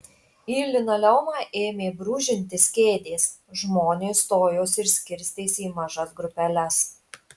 į linoleumą ėmė brūžintis kėdės žmonės stojosi ir skirstėsi į mažas grupeles